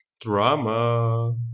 Drama